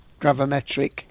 gravimetric